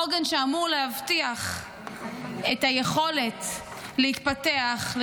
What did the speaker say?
עוגן שאמור להבטיח את היכולת להתפתח,